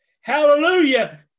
Hallelujah